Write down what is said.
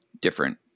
different